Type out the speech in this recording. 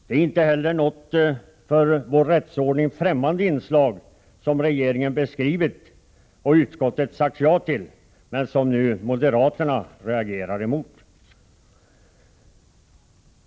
Det är inte heller något för vår rättsordning främmande inslag som regeringen beskrivit och utskottet sagt ja till men som moderaterna nu reagerar mot.